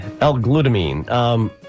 L-glutamine